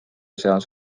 seas